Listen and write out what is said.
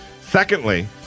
Secondly